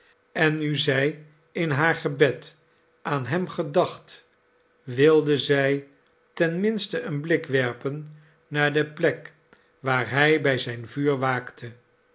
en nu zij in haar gebed aan hem gedacht wilde zij ten minste een blik werpen naar de plek waar hij bij zijn vuur waakte